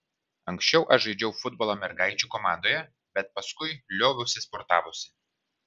anksčiau aš žaidžiau futbolą mergaičių komandoje bet paskui lioviausi sportavusi